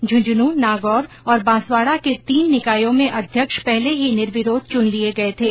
झुन्झुनू नागौर और बांसवाडा के तीन निकायों में अध्यक्ष पहले ही निर्विरोध चुन लिये गये थे